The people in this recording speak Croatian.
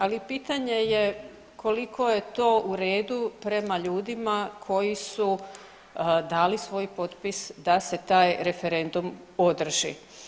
Ali pitanje je koliko je to u redu prema ljudima koji su dali svoj potpis da se taj referendum održi.